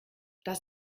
dass